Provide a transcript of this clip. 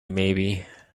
maybe